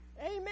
Amen